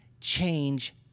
change